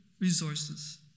resources